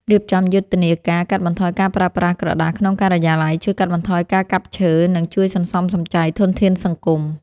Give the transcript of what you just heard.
រៀបចំយុទ្ធនាការកាត់បន្ថយការប្រើប្រាស់ក្រដាសក្នុងការិយាល័យជួយកាត់បន្ថយការកាប់ឈើ និង ជួយសន្សំសំចៃធនធានសង្គម។